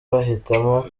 bahitamo